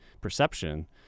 perception